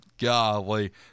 Golly